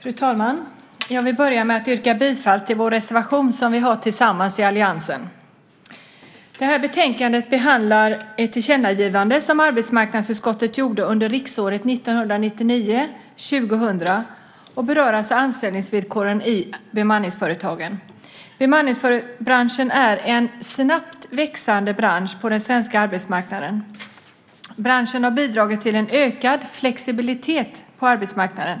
Fru talman! Jag vill börja med att yrka bifall till den reservation som vi har tillsammans i alliansen. Detta betänkande behandlar ett tillkännagivande som arbetsmarknadsutskottets gjorde under riksdagsåret 1999/2000 och berör anställningsvillkoren i bemanningsföretagen. Bemanningsbranschen är en snabbt växande bransch på den svenska arbetsmarknaden. Branschen har bidragit till en ökad flexibilitet på arbetsmarknaden.